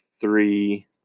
three